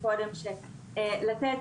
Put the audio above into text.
--- יכולים לתת